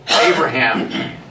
Abraham